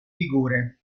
figure